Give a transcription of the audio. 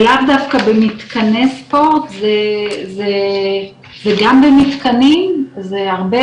זה לאו דווקא במתקני ספורט זה גם במתקנים זה הרבה